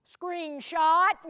screenshot